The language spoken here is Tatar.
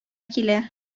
килә